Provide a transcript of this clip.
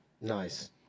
Nice